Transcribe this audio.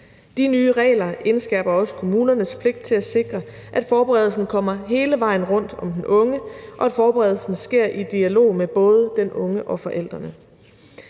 De nye regler indskærper også kommunernes pligt til at sikre, at forberedelsen kommer hele vejen rundt om den unge, og at forberedelsen sker i dialog med både den unge og forældrene.